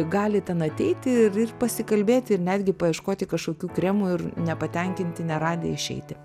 gali ten ateiti ir pasikalbėti ir netgi paieškoti kažkokių kremų ir nepatenkinti neradę išeiti